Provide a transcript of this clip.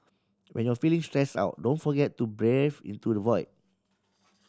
when you feeling stress out don't forget to breathe into the void